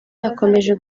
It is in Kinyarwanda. yakomeje